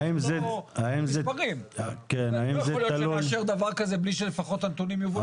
אני לא יכול לאשר דבר כזה מבלי שלפחות הנתונים יובאו לפנינו.